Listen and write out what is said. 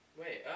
Wait